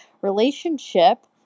relationship